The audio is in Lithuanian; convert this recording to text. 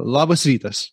labas rytas